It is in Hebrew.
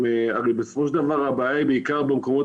הרי בסופו של דבר הבעיה היא בעיקר במקומות